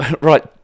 right